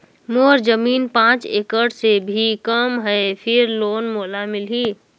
मोर जमीन पांच एकड़ से भी कम है फिर लोन मोला मिलही?